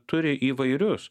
turi įvairius